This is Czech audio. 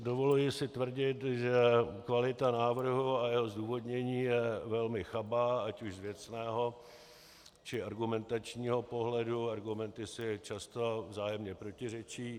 Dovoluji si tvrdit, že kvalita návrhu a jeho zdůvodnění jsou velmi chabé, ať už z věcného či argumentačního pohledu, argumenty si často vzájemně protiřečí.